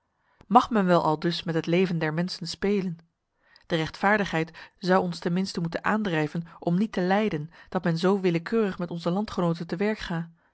mag men wel aldus met het leven der mensen spelen de rechtvaardigheid zou ons ten minste moeten aandrijven om niet te lijden dat men zo willekeurig met onze landgenoten te werk ga